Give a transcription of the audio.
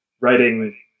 writing